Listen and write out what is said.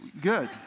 good